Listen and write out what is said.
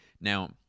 Now